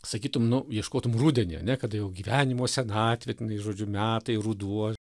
sakytum nu ieškotum rudenį ane kada jau gyvenimo senatvė tenai žodžiu metai ruduo